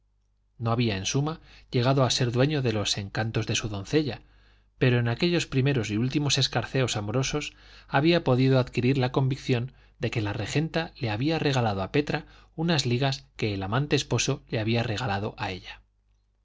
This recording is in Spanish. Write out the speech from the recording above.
no había en suma llegado a ser dueño de los encantos de su doncella pero en aquellos primeros y últimos escarceos amorosos había podido adquirir la convicción de que la regenta le había regalado a petra unas ligas que el amante esposo le había regalado a ella